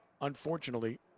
unfortunately